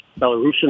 Belarusian